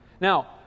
Now